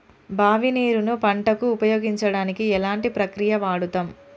బావి నీరు ను పంట కు ఉపయోగించడానికి ఎలాంటి ప్రక్రియ వాడుతం?